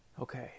Okay